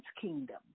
kingdom